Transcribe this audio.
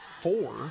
four